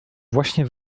właśnie